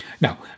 Now